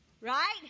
Right